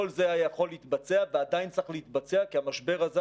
כל זה היה יכול להתבצע ועדיין צריך להתבצע כי המשבר הזה,